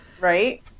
right